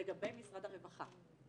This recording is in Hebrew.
לגבי משרד הרווחה.